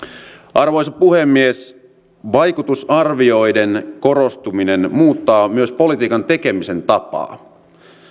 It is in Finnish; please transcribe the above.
arvoisa puhemies vaikutusarvioiden korostuminen muuttaa myös politiikan tekemisen tapaa